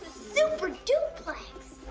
super duplex.